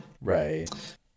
right